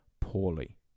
poorly